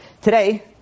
Today